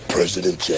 President